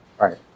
Right